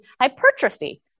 Hypertrophy